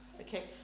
okay